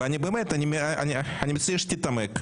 ואני מציע שתתעמק.